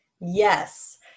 Yes